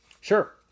Sure